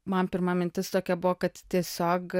man pirma mintis tokia buvo kad tiesiog